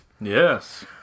Yes